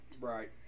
Right